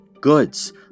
goods